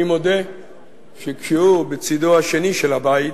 אני מודה שכשהוא בצדו השני של הבית,